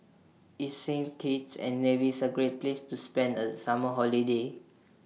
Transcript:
IS Saint Kitts and Nevis A Great Place to spend The Summer Holiday